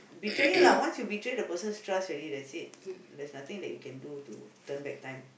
betrayal lah once you betray the person's trust already that's it there's nothing that you can do to turn back time